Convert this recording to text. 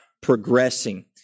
progressing